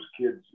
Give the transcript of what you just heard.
kids